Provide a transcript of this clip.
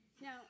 Now